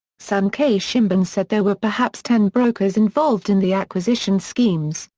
sankei shimbun said there were perhaps ten brokers involved in the acquisition schemes,